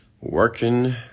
working